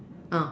ah